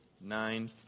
nine